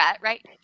right